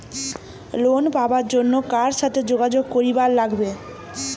Loan পাবার জন্যে কার সাথে যোগাযোগ করিবার লাগবে?